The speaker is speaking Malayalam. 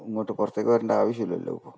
ഇങ്ങോട്ട് പുറത്തേക്ക് വരണ്ട ആവശ്യം ഇല്ലല്ലോ ഇപ്പോൾ